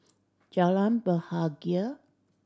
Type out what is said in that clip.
Jalan Bahagia